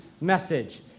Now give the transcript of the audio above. message